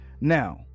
now